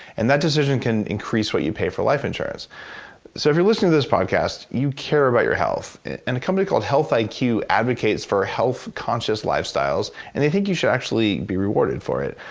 and that decision can increase what you pay for life insurance so if you're listening to this podcast, you care about your health. and a company called health like iq advocates for health-conscious lifestyles, and they think you should actually be rewarded for it.